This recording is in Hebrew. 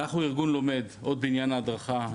עוד בעניין ההדרכה,